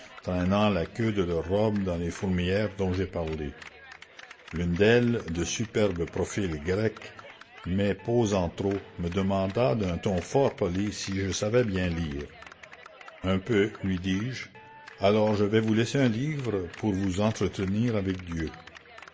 traînant la queue de leurs robes dans les fourmilières dont j'ai parlé l'une d'elles de superbe profil grec mais posant trop me demanda d'un ton fort poli si je savais bien lire un peu lui dis-je alors je vais vous laisser un livre pour vous entretenir avec dieu